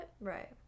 right